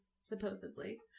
supposedly